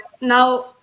now